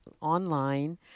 online